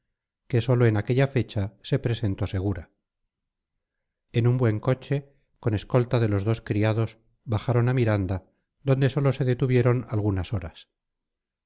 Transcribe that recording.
que sólo en aquella fecha se presentó segura en un buen coche con escolta de los dos criados bajaron a miranda donde sólo se detuvieron algunas horas